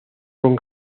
con